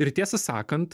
ir tiesą sakant